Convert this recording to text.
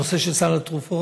הנושא של סל התרופות